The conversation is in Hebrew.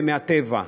ומהטבע,